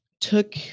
took